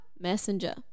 Messenger